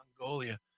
Mongolia